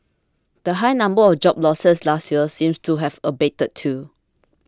the high number of job losses last year seems to have abated too